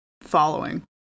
following